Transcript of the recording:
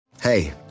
hey